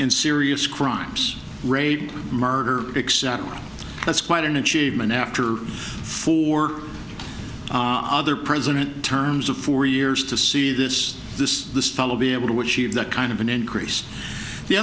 in serious crimes rape murder that's quite an achievement after four on other president terms of four years to see this this this fellow be able to achieve that kind of an increase the